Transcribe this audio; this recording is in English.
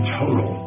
total